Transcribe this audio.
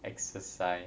exercise